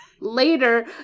Later